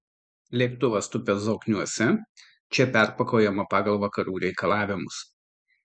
lėktuvas tupia zokniuose čia perpakuojama pagal vakarų reikalavimus